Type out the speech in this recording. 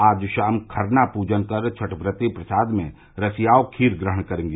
आज शाम खरना पूजन कर छठव्रती प्रसाद में रशियाव खीर ग्रहण करेंगी